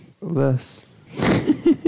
Less